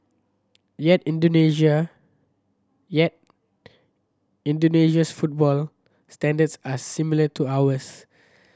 yet Indonesia yet Indonesia's football standards are similar to ours